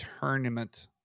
tournament